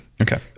Okay